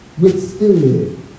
Withstood